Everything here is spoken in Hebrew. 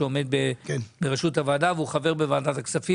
שעומד בראשות הוועדה והוא חבר בוועדת הכספים,